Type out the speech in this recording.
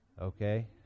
Okay